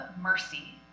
mercy